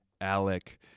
Alec